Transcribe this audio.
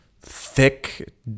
thick